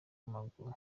w’amaguru